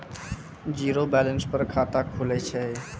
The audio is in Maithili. जीरो बैलेंस पर खाता खुले छै?